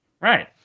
Right